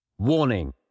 Warning